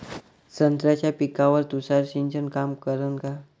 संत्र्याच्या पिकावर तुषार सिंचन काम करन का?